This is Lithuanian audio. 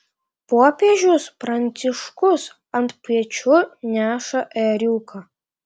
popiežius pranciškus ant pečių neša ėriuką